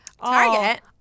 Target